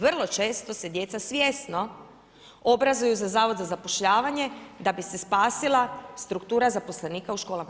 Vrlo često se djeca svjesno obrazuju za Zavod za zapošljavanje, da bi se spasila struktura zaposlenika u školama.